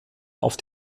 auf